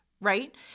right